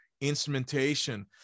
instrumentation